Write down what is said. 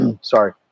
Sorry